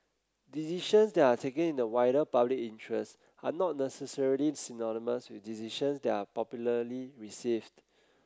decisions that are taken in the wider public interest are not necessarily synonymous with decisions that are popularly received